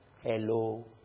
Hello